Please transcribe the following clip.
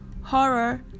Horror